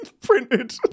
printed